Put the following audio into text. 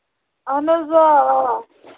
اَہَن حظ آ آ